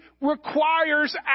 requires